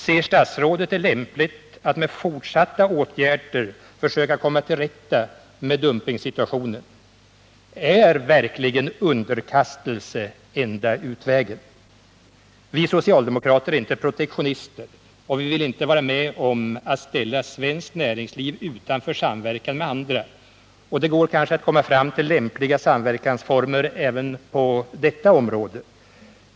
Ser statsrådet det lämpligt att med fortsatta åtgärder försöka komma till rätta med dumpingsituationen? Är verkligen underkastelse enda utvägen? Vi socialdemokrater är inte protektionister, och vi vill inte vara med om att ställa svenskt näringsliv utanför samverkan med andra. Och det går kanske att komma fram till lämpliga samverkansformer även på detta område.